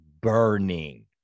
burning